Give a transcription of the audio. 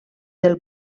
del